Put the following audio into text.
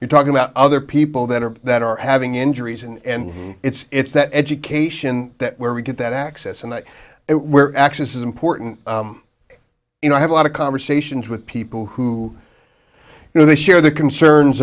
you're talking about other people that are that are having injuries and it's that education that where we get that access and where access is important you know i have a lot of conversations with people who you know they share the concerns